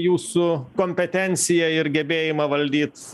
jūsų kompetenciją ir gebėjimą valdyt